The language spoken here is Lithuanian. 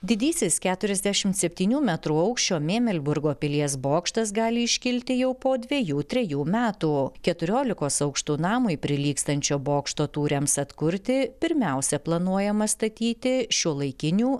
didysis keturiasdešimt septynių metrų aukščio mėmelburgo pilies bokštas gali iškilti jau po dvejų trejų metų keturiolikos aukštų namui prilygstančio bokšto tūriams atkurti pirmiausia planuojama statyti šiuolaikinių